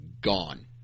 gone